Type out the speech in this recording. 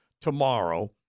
tomorrow